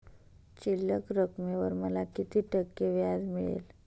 शिल्लक रकमेवर मला किती टक्के व्याज मिळेल?